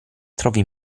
trovi